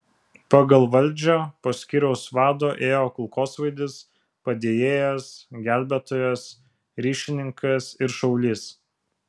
pagal valdžią po skyriaus vado ėjo kulkosvaidis padėjėjas gelbėtojas ryšininkas ir šaulys